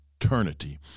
eternity